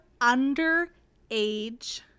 underage